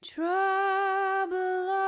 Trouble